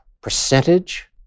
percentage